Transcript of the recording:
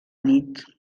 nit